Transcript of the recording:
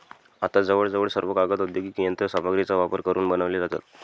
आज जवळजवळ सर्व कागद औद्योगिक यंत्र सामग्रीचा वापर करून बनवले जातात